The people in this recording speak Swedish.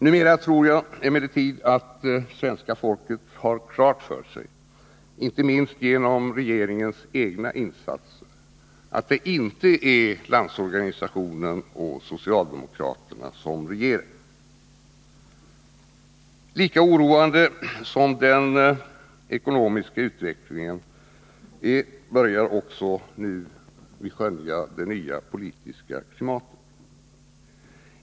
Numera tror jag emellertid att svenska folket har klart för sig, inte minst genom regeringens egna insatser, att det inte är Landsorganisationen och socialdemokraterna som regerar. Lika oroande som den ekonomiska utvecklingen är börjar också det nya politiska klimat bli som vi nu kan skönja.